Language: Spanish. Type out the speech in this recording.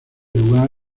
lugar